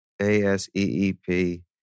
A-S-E-E-P